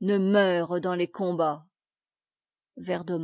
ne meure dans les combats vers de